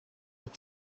out